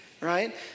right